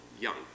young